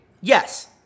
Yes